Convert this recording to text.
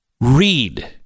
read